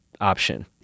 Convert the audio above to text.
option